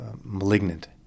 malignant